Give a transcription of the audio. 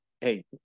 hey